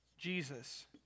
Jesus